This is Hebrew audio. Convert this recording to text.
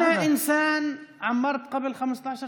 אישית בניתי בית לפני 15 שנים.